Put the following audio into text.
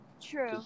True